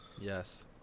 Yes